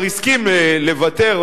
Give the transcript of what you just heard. הסכים לוותר,